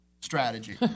strategy